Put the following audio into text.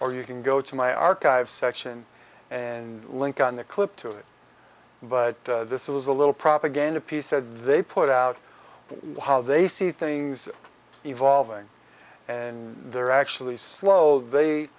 or you can go to my archive section and link on the clip to it but this was a little propaganda piece said they put out or how they see things evolving and they're actually slow they